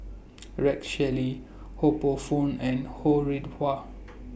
Rex Shelley Ho Poh Fun and Ho Rih Hwa